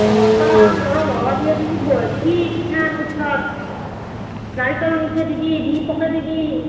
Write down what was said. অ' টাৱাখান গৰম হোৱাৰ পিছত বহাই দিবি পিঠা নাৰিকল ৰুকি দিবি দি পকাই দিবি